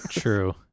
true